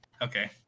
Okay